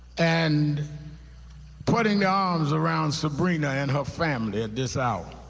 and putting arms around sabrina and her family at this hour,